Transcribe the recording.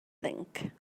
think